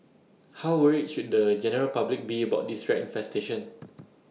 how worried should the general public be about this rat infestation